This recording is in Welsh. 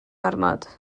ormod